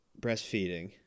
breastfeeding